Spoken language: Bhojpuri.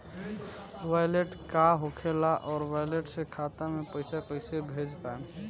वैलेट का होखेला और वैलेट से खाता मे पईसा कइसे भेज पाएम?